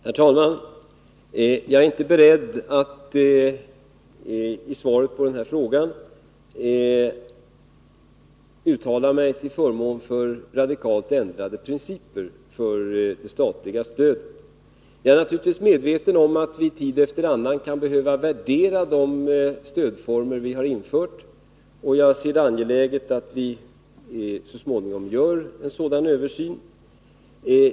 Herr talman! Jag är inte beredd att i samband med svaret på den här frågan uttala mig till förmån för radikalt ändrade principer för det statliga stödet. Jag är naturligtvis medveten om att vi tid efter annan kan behöva värdera de stödformer vi har infört, och jag ser det som angeläget att vi så småningom gör en sådan översyn.